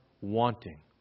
wanting